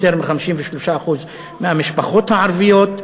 יותר מ-53% מהמשפחות הערביות.